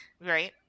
right